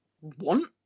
want